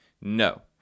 No